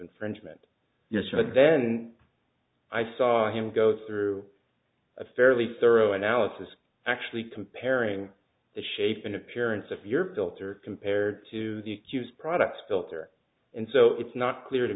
infringement you should then i saw him go through a fairly thorough analysis actually comparing the shape and appearance of your filter compared to the jews products filter and so it's not clear to